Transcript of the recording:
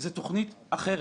זאת תוכנית אחרת.